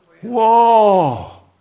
Whoa